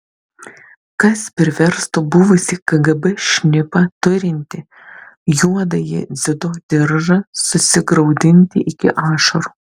kas priverstų buvusį kgb šnipą turintį juodąjį dziudo diržą susigraudinti iki ašarų